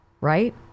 Right